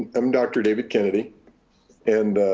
i'm dr. david kennedy and